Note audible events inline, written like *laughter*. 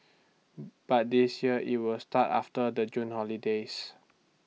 *noise* but this year IT will start after the June holidays